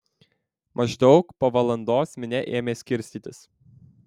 maždaug po valandos minia ėmė skirstytis